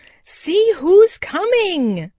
see who's coming!